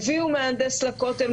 הביאו מהנדס לכותל,